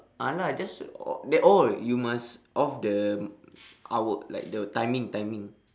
ah lah just o~ the oh you must off the hour like the timing timing